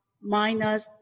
minus